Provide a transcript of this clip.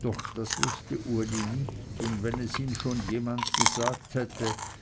doch das wußte uli nicht und wenn es ihm schon jemand gesagt hätte